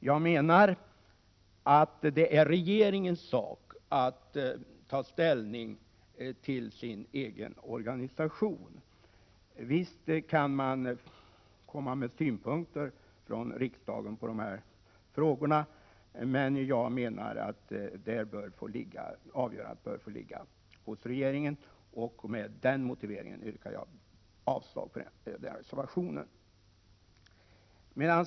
Jag menar att det är regeringens sak att ta ställning till sin egen organisation. Visst kan riksdagen komma med synpunkter på dessa frågor, men jag anser alltså att avgörandet bör få ligga hos regeringen, och det är med den motiveringen jag yrkar avslag på reservationen på denna punkt.